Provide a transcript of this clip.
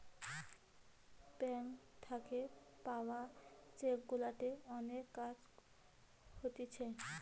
bank থাকে পাওয়া cheque গুলাতে অনেক কাজ হতিছে